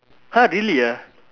!huh! really ah